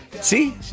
See